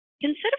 Consider